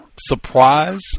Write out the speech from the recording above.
surprise